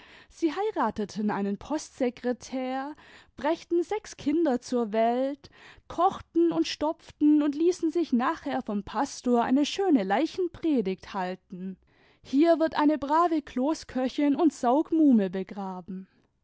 sie heirateten einen postsekretär brächten sechs kinder zur welt lochten und stopften und ließen sich nachher vom pastor eine schöne leichenpredigt halten hier wird eine brsve kloßköchin und saugmuhme begraben